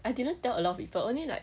I didn't tell a lot of people only like